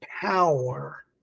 power